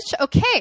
okay